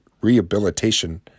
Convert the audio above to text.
rehabilitation